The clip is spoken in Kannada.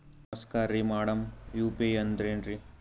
ನಮಸ್ಕಾರ್ರಿ ಮಾಡಮ್ ಯು.ಪಿ.ಐ ಅಂದ್ರೆನ್ರಿ?